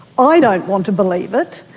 i don't want to believe it.